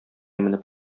менеп